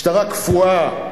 משטרה קפואה.